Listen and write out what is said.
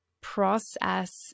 process